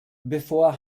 bevor